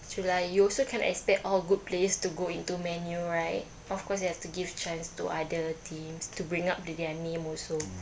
true lah you also cannot expect all good players to go into man U right of course you have to give chance to other teams to bring up their name also